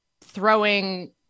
throwing